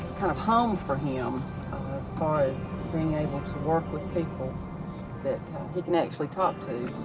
kind of home for him um as far as being able to work with people that he can actually talk to.